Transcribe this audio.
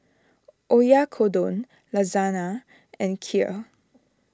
Oyakodon Lasagna and Kheer